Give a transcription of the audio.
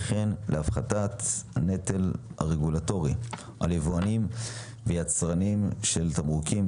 וכן להפחתת הנטל הרגולטורי על יבואנים ויצרנים של תמרוקים,